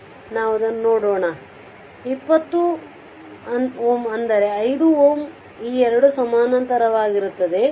ಆದ್ದರಿಂದ ನಾವು ಅದನ್ನು ನೋಡೋಣ 20 ಅಂದರೆ ಮತ್ತು 5 Ω ಈ 2 ಸಮಾನಾಂತರವಾಗಿರುತ್ತವೆ